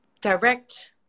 direct